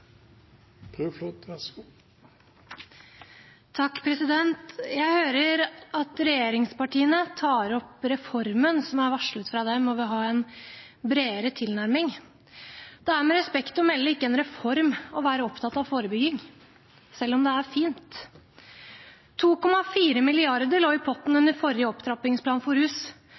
dem, og vil ha en bredere tilnærming. Det er, med respekt å melde, ikke en reform å være opptatt av forebygging, selv om det er fint. 2,4 mrd. kr lå i potten under forrige opptrappingsplan mot rus.